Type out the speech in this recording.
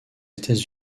états